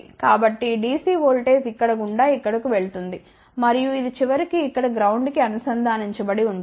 కాబట్టి DC voltage ఇక్కడ గుండా ఇక్కడకు వెళుతుంది మరియు ఇది చివరకు ఇక్కడ గ్రౌండ్ కి అనుసంధానించబడుతుంది